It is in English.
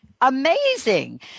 amazing